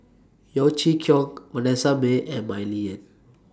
Yeo Chee Kiong Vanessa Mae and Mah Li Lian